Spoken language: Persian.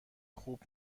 خوب